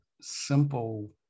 simple